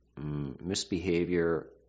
misbehavior